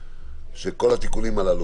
שכל התיקונים הללו,